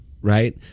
right